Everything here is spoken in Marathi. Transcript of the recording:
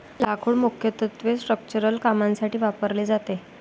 लाकूड मुख्यत्वे स्ट्रक्चरल कामांसाठी वापरले जाते